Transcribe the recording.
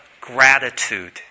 gratitude